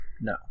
no